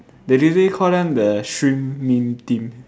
they literally call them the stream meme team